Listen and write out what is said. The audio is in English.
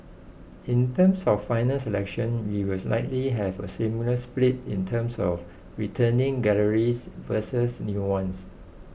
in terms of final selection we will likely have a similar split in terms of returning galleries versus new ones